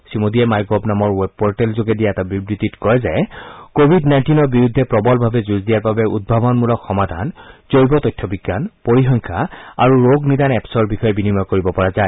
শ্ৰীমোদীয়ে my gov নামৰ web পৰ্টেলযোগে দিয়া এটা বিবৃতিত কয় যে কোৱিড নাইণ্টিৰ বিৰুদ্ধে প্ৰৱলভাৱে যুঁজ দিয়াৰ বাবে উদ্ভানমূলক সমাধান জৈৱ তথ্য বিজ্ঞান পৰিসংখ্যা আৰু ৰোগ নিদান এপ'ছৰ বিষয়ে বিনিময় কৰিব পৰা যায়